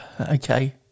Okay